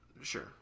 Sure